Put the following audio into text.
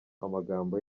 amagambo